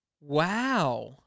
Wow